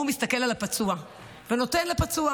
הוא מסתכל על הפצוע ונותן לפצוע,